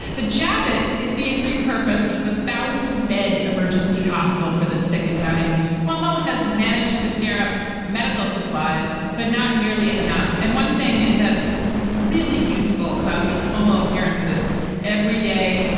the javits is being repurposed with a thousand bed emergency hospital for the sick and dying. cuomo has managed to scare up medical supplies, but not nearly enough. and one thing that's really useful about these cuomo appearances every day,